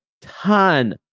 ton